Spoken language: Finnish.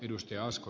edustaja asko